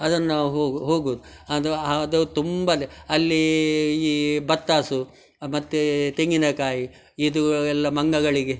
ಅದನ್ನ ನಾವು ಹೋಗೋದು ಅದು ಅದು ತುಂಬ ಅಲ್ಲಿ ಈ ಬತ್ತಾಸು ಮತ್ತೆ ತೆಂಗಿನ ಕಾಯಿ ಇದು ಎಲ್ಲ ಮಂಗಗಳಿಗೆ